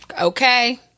Okay